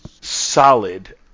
solid